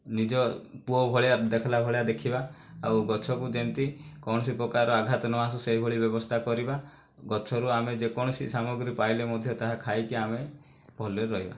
ନିଜ ପୁଅ ଭଳିଆ ଦେଖିଲା ଭଳିଆ ଦେଖିବା ଆଉ ଗଛକୁ ଯେମିତି କୌଣସିପ୍ରକାର ଆଘାତ ନ ଆସୁ ସେହିଭଳି ବ୍ୟବସ୍ଥା କରିବା ଗଛରୁ ଆମେ ଯେକୌଣସି ସାମଗ୍ରୀ ପାଇଲେ ମଧ୍ୟ ତାହା ଖାଇକି ଆମେ ଭଲରେ ରହିବା